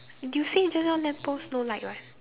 you say just now lamp post no light right